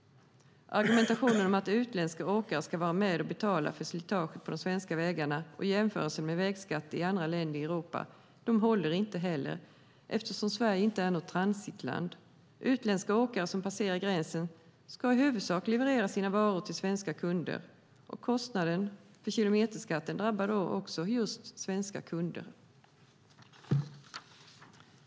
Argumentationen om att utländska åkare ska vara med och betala för slitaget på de svenska vägarna och jämförelsen med vägskatter i andra länder i Europa håller inte heller, eftersom Sverige inte är något transitland. Utländska åkare som passerar gränsen ska i huvudsak leverera sina varor till svenska kunder, och kostnaden för kilometerskatten drabbar då just svenska kunder.